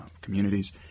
communities